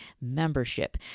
membership